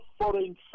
foreign